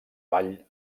vall